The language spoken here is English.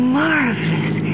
marvelous